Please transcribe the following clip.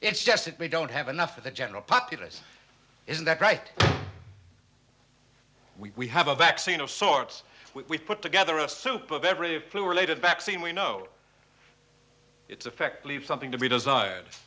it's just that we don't have enough of the general populace is that right we have a vaccine of sorts we put together a soup of every flu related back scene we know its effect leaves something to be desired